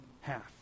half